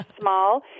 small